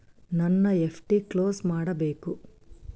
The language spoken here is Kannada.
ನನ್ನ ಎಫ್.ಡಿ ಕ್ಲೋಸ್ ಮಾಡಬೇಕು